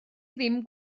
ddim